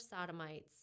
sodomites